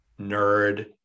nerd